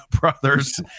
brothers